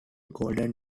golden